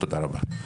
תודה רבה.